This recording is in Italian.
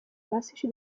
classici